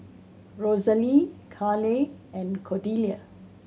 Rosalee Kaleigh and Cordelia